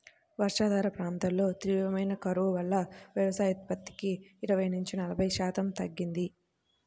వర్షాధార ప్రాంతాల్లో తీవ్రమైన కరువు వల్ల వ్యవసాయోత్పత్తి ఇరవై నుంచి నలభై శాతం తగ్గింది